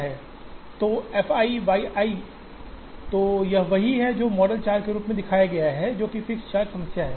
तो f i y i तो यह वही है जो वहाँ मॉडल 4 के रूप में दिखाया गया है जो कि फिक्स्ड चार्ज समस्या है